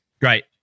Great